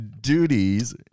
Duties